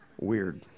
Weird